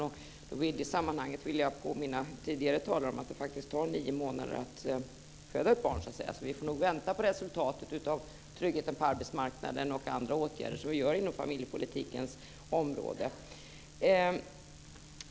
I det sammanhanget vill jag påminna tidigare talare om att det faktiskt tar nio månader tills ett barn föds, så vi får nog vänta på resultatet av tryggheten på arbetsmarknaden och andra åtgärder som vi vidtar inom familjepolitikens område.